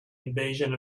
invasion